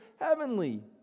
heavenly